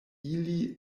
ili